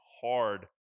hard